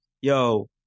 Yo